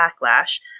backlash